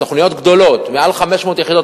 תוכניות גדולות מעל 500 יחידות,